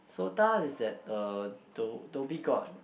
SOTA is at uh dho~ Dhoby Ghaut